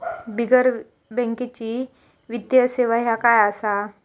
बिगर बँकेची वित्तीय सेवा ह्या काय असा?